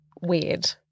weird